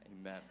Amen